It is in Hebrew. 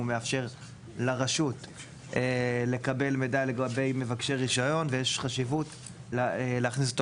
הוא מאפשר לרשות לקבל מידע לגבי מבקשי רישיון ויש חשיבות להכניס אותו